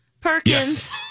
Perkins